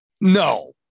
no